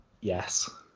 Yes